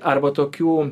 arba tokių